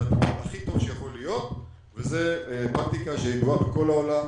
זה הטיפול הכי טוב שיכול להיות וזו פרקטיקה שידועה בכל העולם.